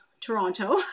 Toronto